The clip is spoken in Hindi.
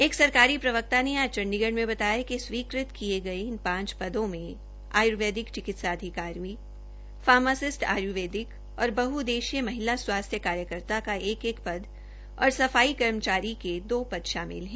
एक सरकारी प्रवक्ता ने आज चण्डीगढ में बताया कि स्वीकृत किए गए इन पांच पदों में आयुर्वेदिक चिकित्सा अधिकारी फार्मासिस्ट आयुर्वेदिक और बहुउद्देशीय महिला स्वास्थ्य कार्यकर्ता का एक एक पद और सफाई कर्मचारी के दो पद शामिल हैं